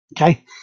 Okay